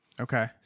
Okay